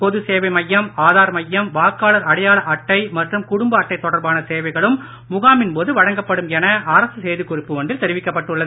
பொது சேவை மையம் ஆதார் மையம் வாக்காளர் அடையாள அட்டை மற்றும் குடும்ப அட்டை தொடர்பான சேவைகளும் முகாமின் போது வழங்கப்படும் என அரசு செய்திக் குறிப்பு ஒன்றில் தெரிவிக்கப்பட்டுள்ளது